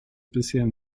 bisher